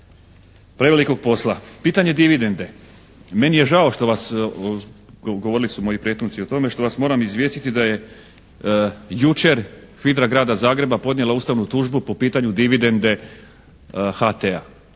prevelikog posla. Pitanje dividende. Meni je žao što vas, govorili su moji prethodnici o tome, što vas moram izvijestiti da je jučer HVIDRA grada Zagreba podnijela ustavnu tužbu po pitanju dividende HT-a.